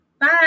Bye